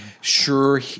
sure